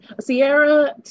Sierra